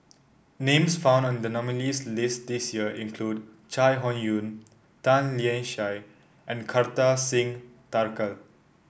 names found in the nominees' list this year include Chai Hon Yoong Tan Lian Chye and Kartar Singh Thakral